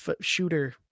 shooter